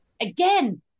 again